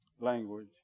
language